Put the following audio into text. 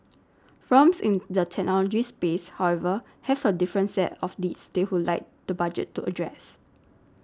firms in the technology space however have a different set of needs they would like the Budget to address